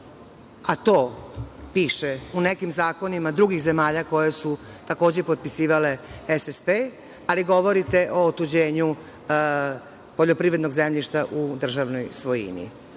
a to piše u nekim zakonima drugih zemalja koje su takođe potpisivale SSP, ali govorite o otuđenju poljoprivrednog zemljišta u državnoj svojini.